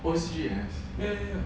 ya ya ya